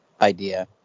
idea